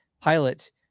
pilot